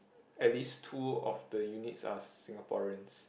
at least two of the units are Singaporeans